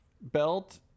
belt